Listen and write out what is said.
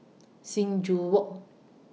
Sing Joo Walk